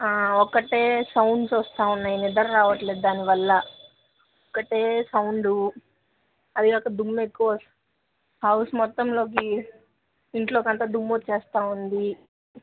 ఒకటే సౌండ్స్ వస్తూ ఉన్నాయి నిద్ర రావడంలేదు దాని వల్ల ఒకటే సౌండూ అదీ కాక దుమ్మెక్కువస్ హౌస్ మొత్తంలోకి ఇంట్లోకి అంతా దుమ్ము వచ్చేస్తూ ఉంది